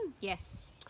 yes